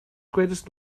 greatest